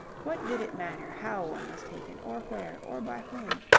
what did it matter how one was taken, or where, or by whom,